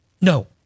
No